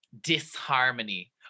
disharmony